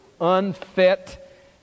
unfit